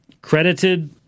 credited